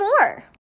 more